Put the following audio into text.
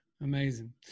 Amazing